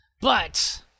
But-